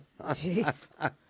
Jeez